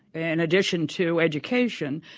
in addition to education,